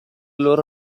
loro